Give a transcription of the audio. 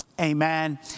Amen